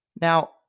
Now